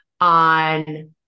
on